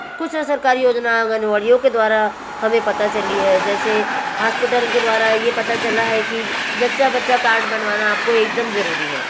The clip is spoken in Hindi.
कुछ सरकारी योजना आंगनवाड़ियों के द्वारा हमें पता चली हैं जैसे हास्पिटल के द्वारा यह पता चला हैं कि जच्चा बच्चा कार्ड बनवाना आपको एक दम ज़रूरी है